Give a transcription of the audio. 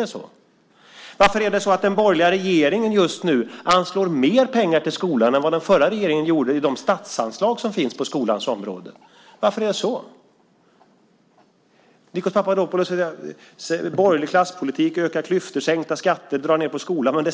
Just nu anslår den borgerliga regeringen mer pengar till skolan än den förra regeringen gjorde genom de statsanslag som finns på skolans område. Varför är det så? Nikos Papadopoulos talar om borgerlig klasspolitik som sänker skatter, ökar klyftor och drar ned på skolan.